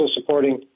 supporting